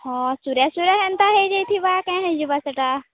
ହଁ ସୁରେ ସୁରେ ହେନ୍ତା ହେଇଯାଇଥିବା କାଏଁ ହେଇଯିବା ସେଟା